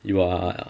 you are